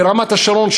ורמת השרון,